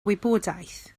wybodaeth